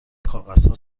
کاغذها